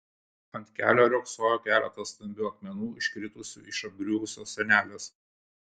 ant kelio riogsojo keletas stambių akmenų iškritusių iš apgriuvusios sienelės